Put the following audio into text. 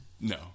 No